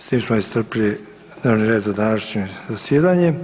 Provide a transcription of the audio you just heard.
S tim smo iscrpili dnevni red za današnje zasjedanje.